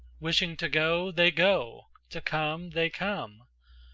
wishing to go, they go to come, they come.